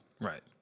Right